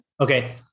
Okay